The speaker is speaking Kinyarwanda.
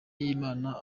y’imana